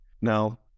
now